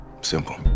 Simple